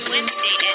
Wednesday